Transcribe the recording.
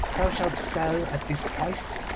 thou shalt sell at this price?